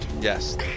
Yes